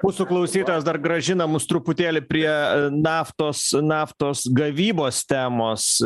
mūsų klausytojas dar grąžina mus truputėlį prie naftos naftos gavybos temos